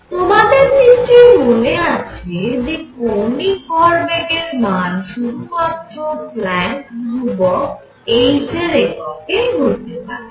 তোমাদের নিশ্চয়ই মনে আছে যে কৌণিক ভরবেগের মান শুধুমাত্র প্ল্যাঙ্ক ধ্রুবক Planck's constant h এর এককে হতে পারে